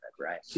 Right